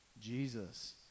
Jesus